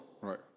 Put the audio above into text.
Right